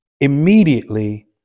immediately